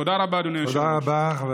תודה רבה, אדוני היושב-ראש.